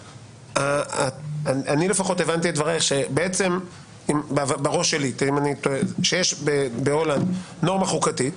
אני לפחות הבנתי את דבריך שבעצם בהולנד יש נורמה חוקתית